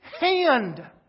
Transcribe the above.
hand